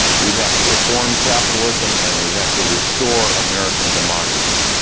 we have to reform capitalism and we have to restore american democracy.